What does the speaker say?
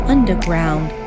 Underground